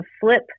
flip